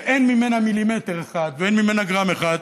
שאין ממנה מילימטר אחד ואין ממנה גרם אחד,